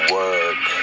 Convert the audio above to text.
work